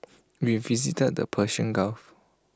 we visited the Persian gulf